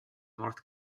north